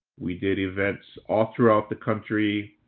we did events all throughout the country,